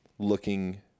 looking